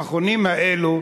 המכונים האלו,